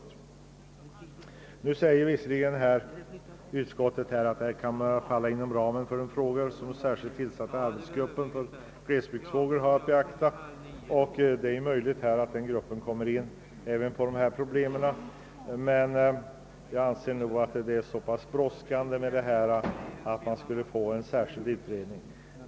Utskottet uttalar visserligen att detta problem kan falla inom ramen för de spörsmål som den särskilt tillsatta arbetsgruppen för glesbygdsfrågor har att beakta och det är möjligt att denna arbetsgrupp kommer att ta upp problemet. Men jag anser att saken är så pass brådskande att man borde tillsätta en särskild utredning.